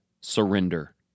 surrender